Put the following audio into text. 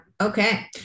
Okay